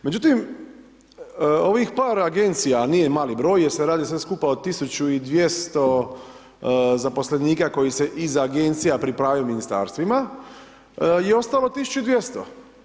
Međutim, ovih par agencija, a nije mali broj, jer se radi sve skupa o 1200 zaposlenika, koje se iz agencija pripaja ministarstvima i ostalo 1200.